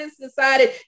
decided